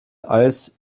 als